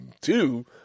two